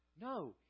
No